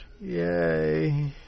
Yay